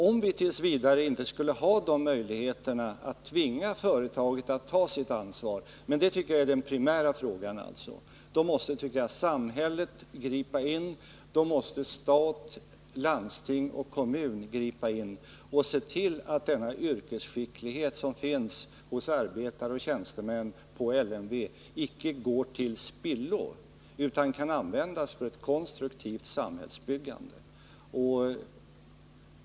Om vi inte skulle ha de möjligheterna att tvinga företagen att ta sitt ansvar — det är den primära frågan — då måste samhället gripa in, då måste stat, landsting och kommun gripa in och se till att den yrkesskicklighet som finns hos arbetare och tjänstemän på LMV icke går till spillo utan kan användas för ett konstruktivt samhällsbyggande.